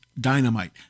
dynamite